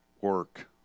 work